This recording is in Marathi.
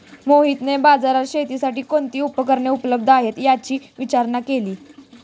मोहितने बाजारात शेतीसाठी कोणती उपकरणे उपलब्ध आहेत, याची विचारणा केली